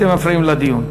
אתם מפריעים לדיון.